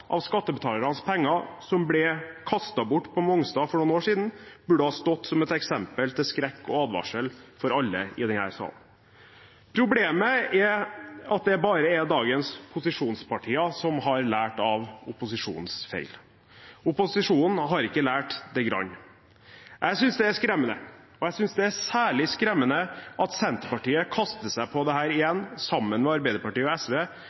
av skattebetalernes penger som ble kastet bort på Mongstad for noen år siden, burde stått som eksempel til skrekk og advarsel for alle i denne sal. Problemet er at det bare er dagens posisjonspartier som har lært av opposisjonens feil. Opposisjonen har ikke lært det grann. Jeg synes det er skremmende, og jeg synes det er særlig skremmende at Senterpartiet kaster seg på dette igjen, sammen med Arbeiderpartiet og SV,